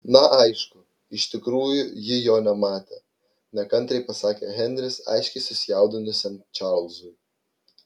na aišku iš tikrųjų ji jo nematė nekantriai pasakė henris aiškiai susijaudinusiam čarlzui